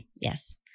yes